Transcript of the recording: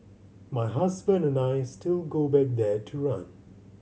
my husband and I still go back there to run